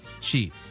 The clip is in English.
cheap